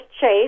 Chase